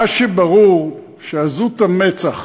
מה שברור, שעזות המצח